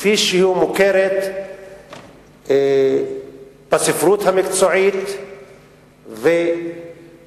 כפי שהיא מוכרת בספרות המקצועית וכפי